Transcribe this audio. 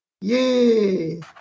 Yay